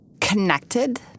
connected